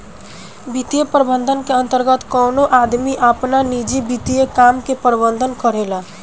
वित्तीय प्रबंधन के अंतर्गत कवनो आदमी आपन निजी वित्तीय काम के प्रबंधन करेला